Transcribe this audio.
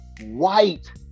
white